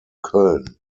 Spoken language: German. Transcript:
köln